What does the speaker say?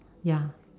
ya